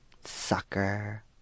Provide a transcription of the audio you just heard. sucker